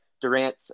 Durant